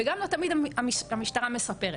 וגם לא תמיד המשטרה מספרת,